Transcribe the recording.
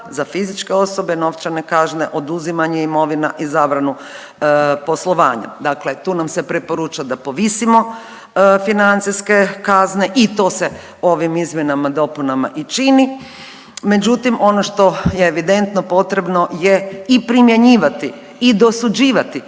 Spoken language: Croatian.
za fizičke osobe, novčane kazne, oduzimanje imovina i zabranu poslovanja. Dakle, tu nam se preporuča da povisimo financijske kazne i to se ovim izmjenama i dopunama i čini, međutim ono što je evidentno potrebno je i primjenjivati i dosuđivati